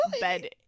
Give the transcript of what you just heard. bed